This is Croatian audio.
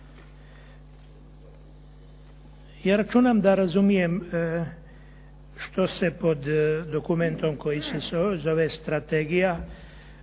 Ja računam da razumijem što se pod dokumentom koji se zove strategija